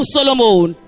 Solomon